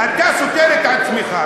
אתה סותר את עצמך,